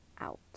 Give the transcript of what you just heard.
Out